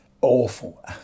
Awful